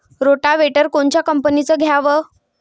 Rotavator कोनच्या कंपनीचं घ्यावं?